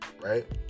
right